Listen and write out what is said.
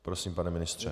Prosím, pane ministře.